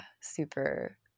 super